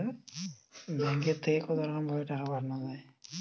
ব্যাঙ্কের থেকে কতরকম ভাবে টাকা পাঠানো য়ায়?